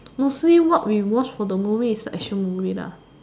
mostly what we watch for the movie is the action movie lah